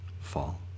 fall